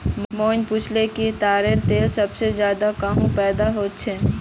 मोहिनी पूछाले कि ताडेर तेल सबसे ज्यादा कुहाँ पैदा ह छे